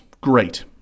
great